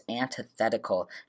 antithetical